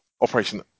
operation